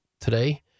today